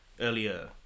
earlier